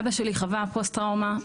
אבא שלי חווה פוסט טראומה.